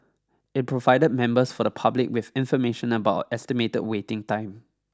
it provided members of the public with information about an estimated waiting time